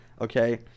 Okay